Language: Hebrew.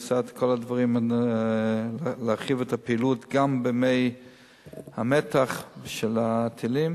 עשה את כל הדברים כדי להרחיב את הפעילות גם בימי המתח של הטילים,